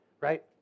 right